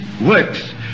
works